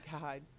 God